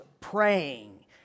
praying